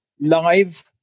live